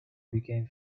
became